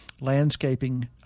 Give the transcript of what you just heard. landscaping